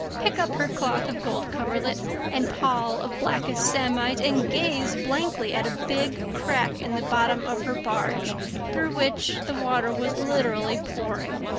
pick up her cloth of gold coverlet and pall of blackest samite and gaze blankly at a big crack in the bottom of her barge through which the water was literally pouring.